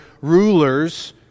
rulers